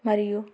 మరియు